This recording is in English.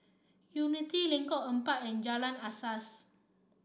Unity Lengkong Empat and Jalan Asas